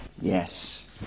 Yes